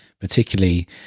particularly